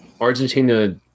Argentina